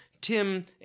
Tim